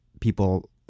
people